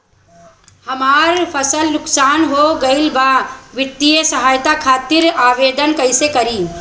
हमार फसल नुकसान हो गईल बा वित्तिय सहायता खातिर आवेदन कइसे करी?